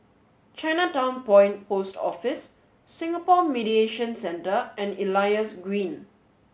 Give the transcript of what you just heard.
Chinatown Point Post Office Singapore Mediation Centre and Elias Green